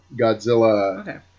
Godzilla